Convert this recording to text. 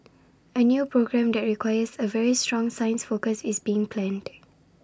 A new programme that requires A very strong science focus is being planned